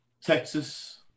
Texas